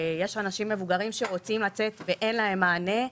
יש אנשים מבוגרים שרוצים לצאת, ואין להם מענה.